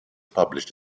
published